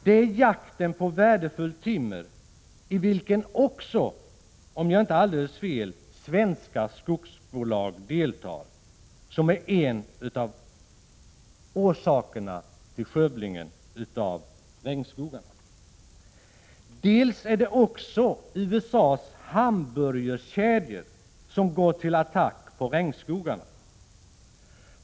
Det är jakten på värdefullt timmer, i vilken också — om jag inte har alldeles fel — svenska skogsbolag deltar, som är en av orsakerna till skövlingen av regnskogarna. Också USA:s hamburgerkedjor går till attack mot regnskogarna.